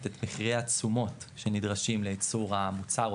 את מחירי התשומות שנדרשים לייצור המוצר,